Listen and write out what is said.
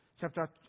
chapter